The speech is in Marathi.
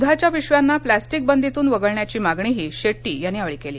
दुधाच्या पिशव्यांना प्लास्टिक बंदीतून वगळण्याची मागणीही शेट्टी यांनी केली